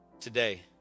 Today